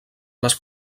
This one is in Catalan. les